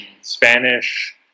spanish